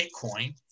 Bitcoin